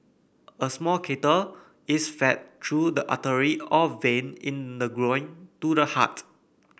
a small catheter is fed through the artery or vein in the groin to the heart